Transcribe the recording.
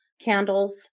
candles